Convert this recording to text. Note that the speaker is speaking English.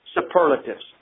superlatives